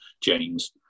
James